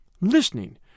listening